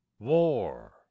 War